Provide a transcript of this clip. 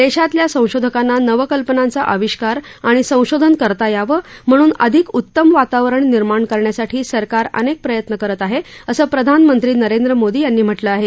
देशातल्या संशोधकांना नवकल्पनांचा अविष्कार आणि संशोधन करता यावं म्हणून अधिक उतम वातावरण निर्माण करण्यासाठी सरकार अनेक प्रयत्न करत आहे असं प्रधानमंत्री नरेंद्र मोदी यांनी म्हटलं आहे